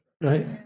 right